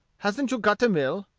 hasn't you got a mill?